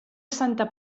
santa